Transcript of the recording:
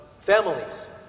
families